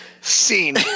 scene